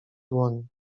dłoni